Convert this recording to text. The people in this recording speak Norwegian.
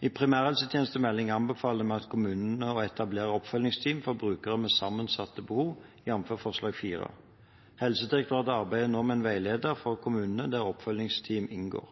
I primærhelsetjenestemeldingen anbefaler vi kommunene å etablere oppfølgingsteam for brukere med sammensatte behov, jf. forslag nr. 4. Helsedirektoratet arbeider nå med en veileder for kommunene der oppfølgingsteam inngår.